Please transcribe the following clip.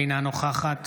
אינה נוכחת